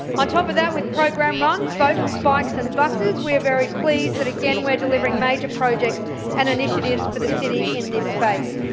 on top of that, with program one boats, bikes and buses, we are very pleased that again we are delivering major projects and initiatives for the city in this space,